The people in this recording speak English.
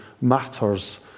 matters